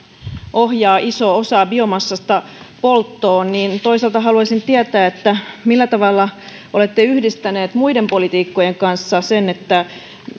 ohjaa isoa osaa biomassasta polttoon toisaalta haluaisin tietää millä tavalla olette yhdistäneet muiden politiikkojen kanssa sen että